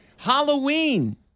Halloween